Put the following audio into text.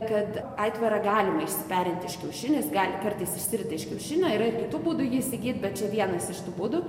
kad aitvarą galima išsiperinti iš kiaušinio jis gali kartais išsirita iš kiaušinio yra ir kitų būdų jį įsigyt bet vienas iš tų būdų